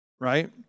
Right